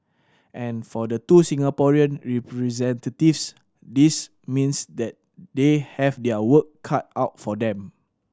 and for the two Singaporean representatives this means that they have their work cut out for them